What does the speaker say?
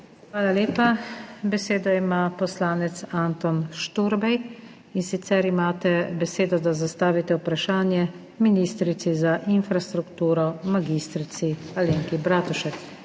Hvala lepa. Besedo ima poslanec Anton Šturbej. Imate besedo, da zastavite vprašanje ministrici za infrastrukturo mag. Alenki Bratušek.